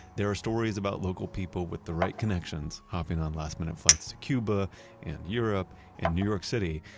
there are stories about local people with the right connections hopping on last minutes flights to cuba and europe and new york city,